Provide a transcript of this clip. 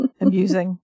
amusing